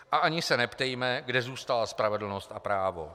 A ani se neptejme, kde zůstala spravedlnost a právo.